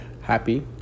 happy